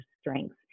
strengths